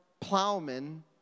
plowmen